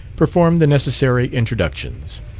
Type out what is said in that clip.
performed the necessary introductions.